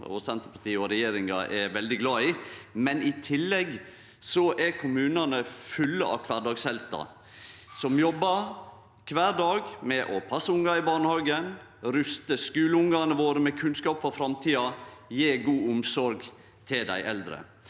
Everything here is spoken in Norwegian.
og Senterpartiet og regjeringa er veldig glad i – men i tillegg er kommunane fulle av kvardagsheltar som jobbar kvar dag med å passe ungar i barnehagen, ruste skuleungane våre med kunnskap for framtida og gje god omsorg til dei eldre.